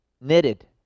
knitted